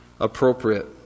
appropriate